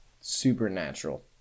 supernatural